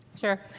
Sure